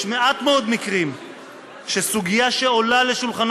יש מעט מאוד מקרים שסוגיה שעולה על שולחנו